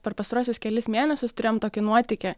per pastaruosius kelis mėnesius turėjom tokį nuotykį